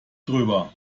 drüber